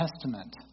Testament